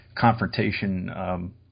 confrontation